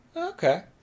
Okay